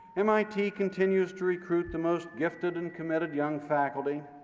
mit continues to recruit the most gifted and committed young faculty.